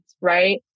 right